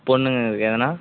பொண்ணுங்களுக்கு எதனால்